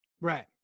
Right